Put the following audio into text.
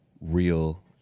Real